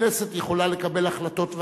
הכנסת יכולה לקבל החלטות והכרעות.